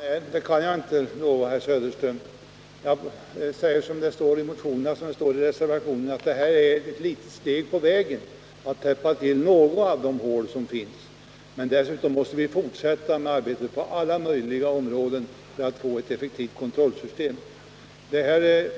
Herr talman! Det kan jag inte lova, herr Söderström. Jag säger som det står i motionerna och i reservationen att det här är ett litet steg på vägen, att täppa till några av de hål som finns. Vi måste emellertid fortsätta arbetet på alla möjliga områden för att få ett effektivt kontrollsystem. Det här